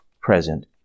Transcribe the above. present